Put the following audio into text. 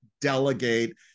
delegate